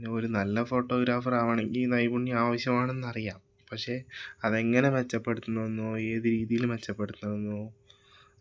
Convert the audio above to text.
പിന്നെ ഒരു നല്ല ഫോട്ടോഗ്രാഫറാകണമെങ്കിൽ നൈപുണ്യം ആവശ്യമാണെന്ന് അറിയാം പക്ഷേ അതെങ്ങനെ മെച്ചപ്പെടുത്തണമെന്നോ ഏത് രീതിയിൽ മെച്ചപ്പെടുത്തണമെന്നോ